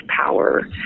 power